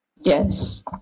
Yes